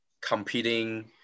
competing